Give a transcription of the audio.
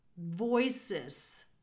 voices